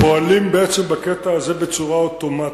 פועלים בעצם בקטע הזה בצורה אוטומטית,